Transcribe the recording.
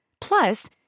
Plus